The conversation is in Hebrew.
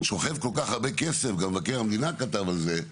שוכב כל כך הרבה כסף, גם מבקר המדינה כתב על זה.